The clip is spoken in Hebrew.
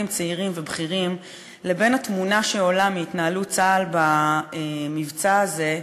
צעירים ובכירים לבין התמונה שעולה מהתנהלות צה"ל במבצע הזה,